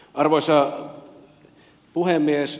arvoisa puhemies